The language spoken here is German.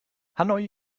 hanoi